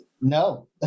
No